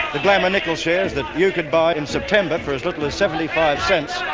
the glamour nickel shares that you could buy in september for as little as seventy five cents,